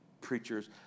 preachers